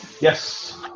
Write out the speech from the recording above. Yes